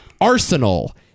Arsenal